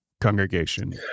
congregation